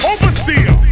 Overseer